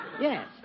Yes